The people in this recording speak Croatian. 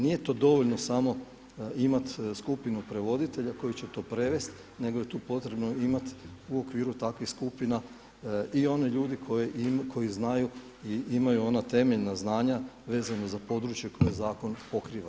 Nije to dovoljno samo imati skupinu prevoditelja koji će to prevest nego je tu potrebno imati u okviru takvih skupina i one ljude koji znaju i imaju ona temeljna znanja vezano za područje koje zakon pokriva.